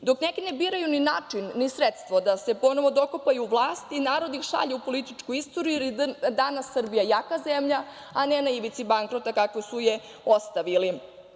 neki ne biraju ni način, ni sredstvo da se ponovo dokopaju vlasti, narod ih šalje u političku istoriju, jer je danas Srbija jaka zemlja, a ne na ivici bankrota kakvu su je ostavili.